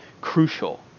crucial